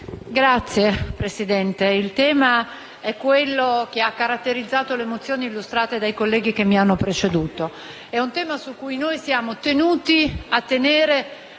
Signora Presidente, il tema è quello che ha caratterizzato le mozioni illustrate dai colleghi che mi hanno preceduto e su cui siamo tenuti a mantenere